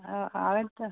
हांव येता